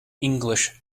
english